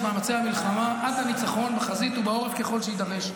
במאמצי המלחמה עד הניצחון בחזית ובעורף ככל שיידרש.